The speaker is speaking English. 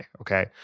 Okay